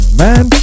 man